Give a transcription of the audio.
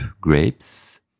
grapes